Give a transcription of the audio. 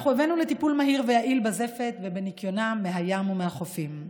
אנחנו הבאנו לטיפול מהיר ויעיל בזפת ובניקיונה מהים ומהחופים.